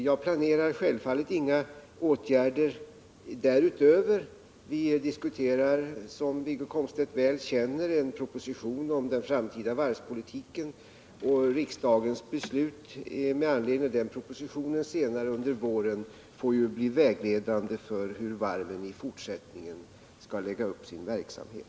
Jag planerar självfallet inga åtgärder därutöver. Vi diskuterar, som Wiggo Komstedt väl känner till, en proposition om den framtida varvspolitiken, och riksdagens beslut med anledning av den propositionen senare under våren får bli vägledande för hur varven i fortsättningen skall lägga upp sin verksamhet.